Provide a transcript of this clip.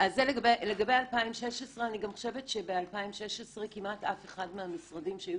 אני גם חושבת שב-2016 כמעט אף אחד מהמשרדים שהיו